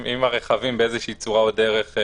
אם הרכבים באיזו שהיא צורה או דרך...